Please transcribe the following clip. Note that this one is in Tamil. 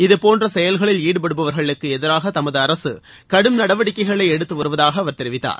இது போன்ற செயல்களில் ஈடுபடுபவர்களுக்கு எதிராக தமது அரசு கடும் நடவடிக்கைகளை எடுத்துவருவதாக அவர் தெரிவித்தார்